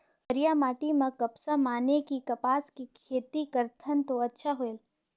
करिया माटी म कपसा माने कि कपास के खेती करथन तो अच्छा होयल?